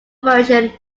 version